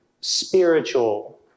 spiritual